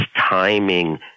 timing